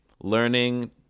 learning